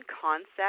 concept